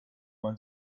man